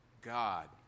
God